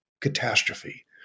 catastrophe